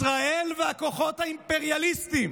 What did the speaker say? ישראל והכוחות האימפריאליסטיים,